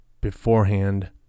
beforehand